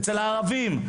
אצל הערבים,